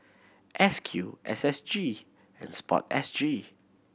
S Q S S G and Sport S G